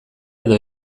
edo